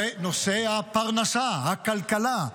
זה נושא הפרנסה, הכלכלה,